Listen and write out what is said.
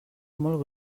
molt